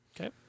Okay